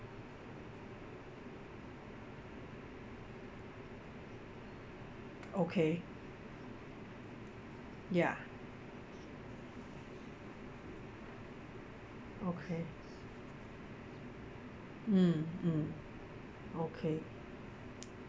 okay ya okay mm mm okay